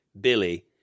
Billy